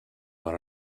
one